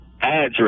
address